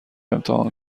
امتحان